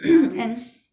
and